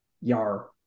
Yar